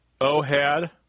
Ohad